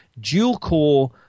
dual-core